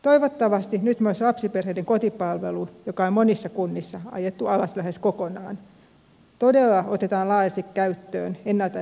toivottavasti nyt myös lapsiperheiden kotipalvelu joka on monissa kunnissa ajettu alas lähes kokonaan todella otetaan laajasti käyttöön ennalta ehkäisevänä tukimuotona